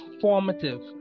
formative